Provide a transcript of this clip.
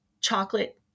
chocolate